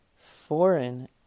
foreign